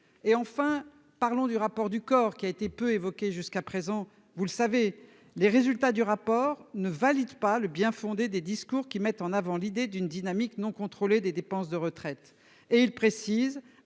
et enfin parlons du rapport du COR, qui a été peu évoqué jusqu'à présent, vous le savez, les résultats du rapport ne valide pas le bien-fondé des discours qui mettent en avant l'idée d'une dynamique non contrôlée des dépenses de retraites et il précise,